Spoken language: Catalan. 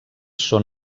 són